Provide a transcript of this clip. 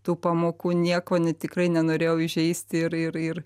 tų pamokų nieko ne tikrai nenorėjau įžeisti ir ir ir